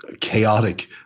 chaotic